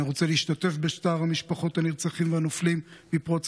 אני רוצה להשתתף בצער משפחות הנרצחים והנופלים מפרוץ